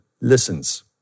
listens